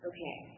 Okay